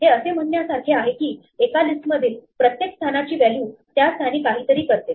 हे असे म्हणण्यासारखे आहे की एका लिस्ट मधील प्रत्येक स्थानाची व्हॅल्यू त्या स्थानी काहीतरी करते